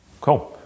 Cool